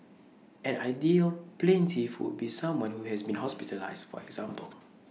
an ideal plaintiff would be someone who has been hospitalised for example